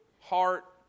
heart